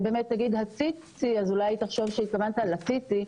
תגיד "הציצי" אז אולי היא תחשוב שהתכוונת לציצי.